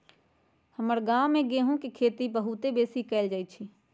हमर गांव में गेहूम के खेती बहुते बेशी कएल जाइ छइ